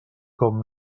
com